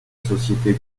société